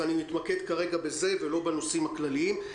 אני מתמקד בזה, לא בנושאים הכלליים.